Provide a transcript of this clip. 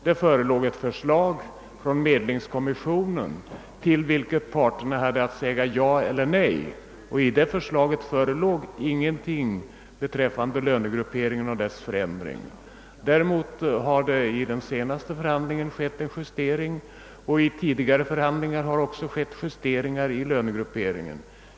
Det förelåg ett förslag från medlingskommissionen till vilket parterna hade att svara ja eller nej. I det förslaget fanns ingenting beträffande lönegrupperingen och ändring av denna. Däremot har det vid den senaste förhandlingen företagits en justering av lönegrupperingen liksom vid tidigare förhandlingar.